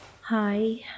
Hi